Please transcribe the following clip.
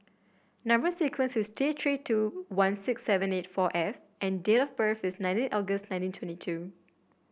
number sequence is T Three two one six seven eight four F and date of birth is nineteen August nineteen twenty two